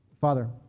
Father